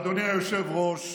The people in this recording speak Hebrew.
אדוני היושב-ראש,